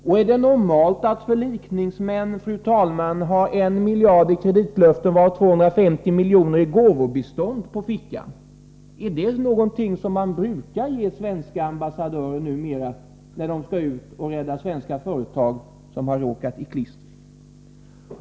Och är det normalt att förlikningsmannen har 1 miljard i kreditlöfte — varav 250 miljoner i gåvobistånd — i fickan? Är det någonting som man brukar ge svenska ambassadörer numera, när de skall ut och rädda svenska företag som har råkat i klister?